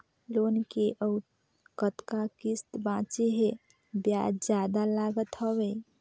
Loan के अउ कतका किस्त बांचें हे? ब्याज जादा लागत हवय,